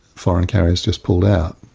foreign carriers just pulled out,